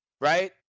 right